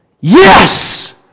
Yes